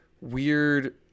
weird